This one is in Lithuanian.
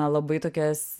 labai tokias